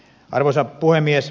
arvoisa puhemies